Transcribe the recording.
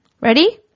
ready